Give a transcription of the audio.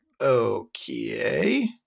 Okay